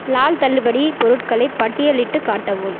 லால் தள்ளுபடிப் பொருட்களை பட்டியலிட்டுக் காட்டவும்